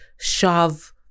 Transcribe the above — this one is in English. shove